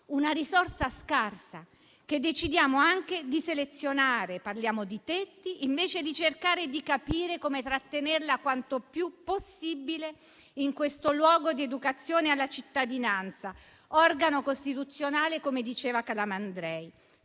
una risorsa scarsa, che decidiamo anche di selezionare, visto che parliamo di tetti, invece di cercare di capire come trattenerla quanto più possibile in questo luogo di educazione alla cittadinanza (organo costituzionale, come diceva Calamandrei).